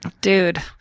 Dude